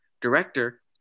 director